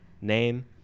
name